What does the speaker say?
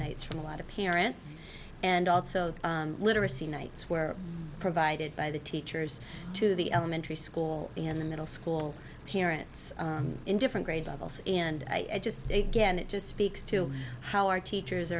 nights from a lot of parents and also literacy nights were provided by the teachers to the elementary school in the middle school parents in different grade levels in and i just began it just speaks to how our teachers